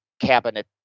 cabinet